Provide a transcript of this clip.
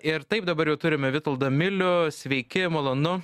ir taip dabar jau turime vitoldą milių sveiki malonu